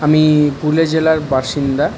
আমি পুরুলিয়া জেলার বাসিন্দা